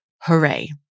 Hooray